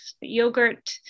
yogurt